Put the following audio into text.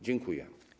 Dziękuję.